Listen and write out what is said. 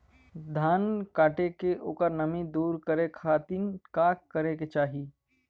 धान कांटेके ओकर नमी दूर करे खाती का करे के चाही?